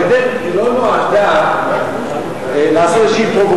הגדר לא נועדה לעשות איזו פרובוקציה.